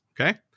okay